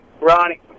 Ronnie